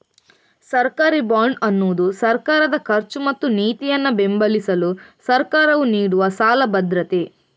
ಸರ್ಕಾರಿ ಬಾಂಡ್ ಅನ್ನುದು ಸರ್ಕಾರದ ಖರ್ಚು ಮತ್ತು ನೀತಿಯನ್ನ ಬೆಂಬಲಿಸಲು ಸರ್ಕಾರವು ನೀಡುವ ಸಾಲ ಭದ್ರತೆ